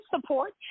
support